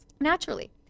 naturally